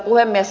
puhemies